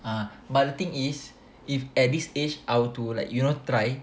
err but the thing is if at this age I were to like you know try